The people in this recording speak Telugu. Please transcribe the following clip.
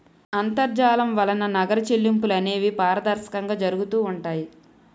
అంతర్జాలం వలన నగర చెల్లింపులు అనేవి పారదర్శకంగా జరుగుతూ ఉంటాయి